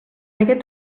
aquest